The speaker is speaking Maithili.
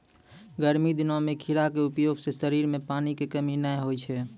गर्मी दिनों मॅ खीरा के उपयोग सॅ शरीर मॅ पानी के कमी नाय होय छै